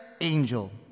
Angel